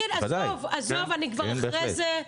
כן, כן, עזוב, אני כבר אחרי זה.